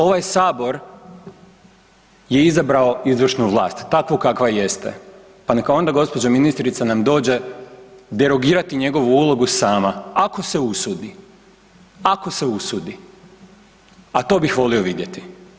Ovaj sabor je izabrao izvršnu vlast takvu kakva jeste, pa neka onda gđa. ministrica nam dođe derogirati njegovu ulogu sama ako se usudi, ako se usudi, a to bih volio vidjeti.